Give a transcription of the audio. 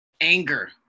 anger